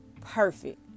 perfect